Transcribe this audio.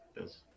Yes